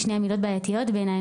שתיהן מילות בעייתיות בעיניי,